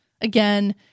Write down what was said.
again